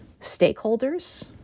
stakeholders